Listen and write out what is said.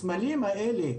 הסמלים האלה,